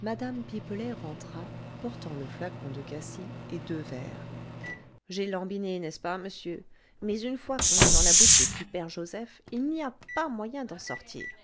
mme pipelet rentra portant le flacon de cassis et deux verres j'ai lambiné n'est-ce pas monsieur mais une fois qu'on est dans la boutique du père joseph il n'y a pas moyen d'en sortir